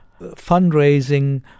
fundraising